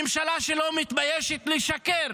ממשלה שלא מתביישת לשקר